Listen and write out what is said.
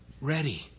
ready